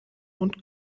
und